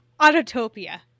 Autotopia